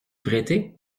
prêter